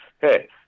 hey